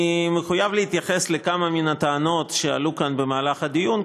אני מחויב להתייחס לכמה מן הטענות שעלו כאן בדיון,